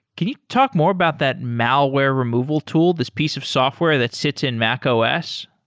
can you talk more about that malware removal tool? this piece of software that sits in mac os?